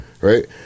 right